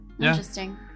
Interesting